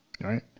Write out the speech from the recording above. right